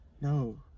No